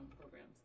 programs